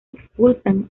expulsan